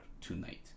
tonight